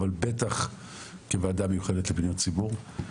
אבל בטח בוועדה מיוחדת לפניות ציבור.